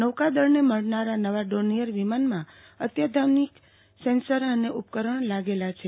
નોકાદળને મળનારા નવા ડોર્નિચર વિમાનમાં અત્યાધ્ર્નિક સેન્સર અને ઉપકરણ લાગેલા છે